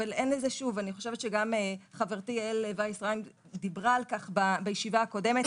ואני חושבת שגם חברתי יעל וייס-ריינד דיברה על כך בישיבה הקודמת,